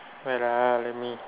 wait lah let me